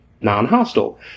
non-hostile